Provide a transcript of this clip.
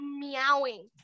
meowing